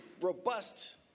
robust